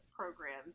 Programs